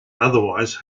otherwise